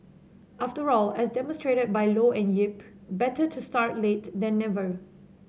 after all as demonstrated by Low and Yip better to start late then never